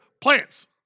plants